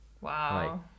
wow